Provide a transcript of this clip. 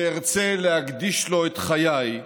שארצה להקדיש לו את חיי,